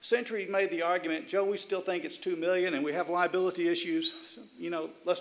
century made the argument joe we still think it's two million and we have liability issues you know let's